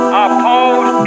oppose